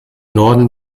norden